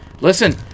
Listen